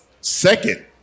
second